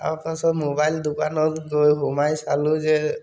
তাৰপাছত মোবাইল দোকানত গৈ সোমাই চালোঁ যে